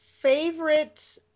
favorite